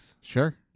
Sure